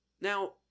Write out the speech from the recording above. Now